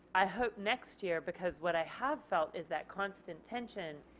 i hope next year because what i have felt is that constant tension